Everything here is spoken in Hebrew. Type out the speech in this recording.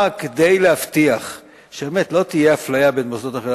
כדי להבטיח שבאמת לא תהיה אפליה בין מוסדות החינוך.